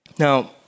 Now